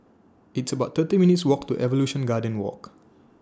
It's about thirty minutes' Walk to Evolution Garden Walk